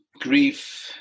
grief